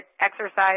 exercise